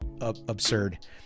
absurd